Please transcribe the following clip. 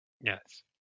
Yes